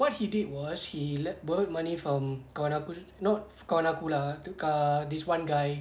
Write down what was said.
what he did was he like borrowed money from kawan aku cakap kawan aku lah ah this one guy